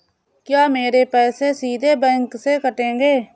क्या मेरे पैसे सीधे बैंक से कटेंगे?